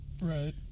right